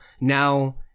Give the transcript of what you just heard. now